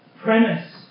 premise